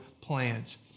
plans